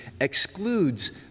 excludes